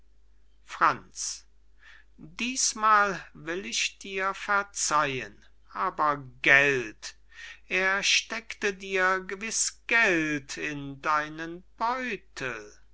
franz dißmal will ich dir verzeihen aber gelt er steckte dir gewiß geld in deinen